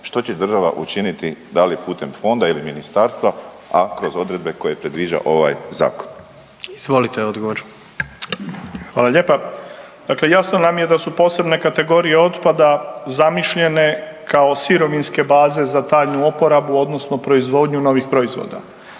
Što će država učiniti da li putem fonda ili ministarstva, a kroz odredbe koje predviđa ovaj zakon? **Jandroković, Gordan (HDZ)** Izvolite odgovor. **Ćorić, Tomislav (HDZ)** Hvala lijepa. Dakle, jasno nam je da su posebne kategorije otpada zamišljene kao sirovinske baze za daljnju oporabu odnosno proizvodnju novih proizvoda.